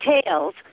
tails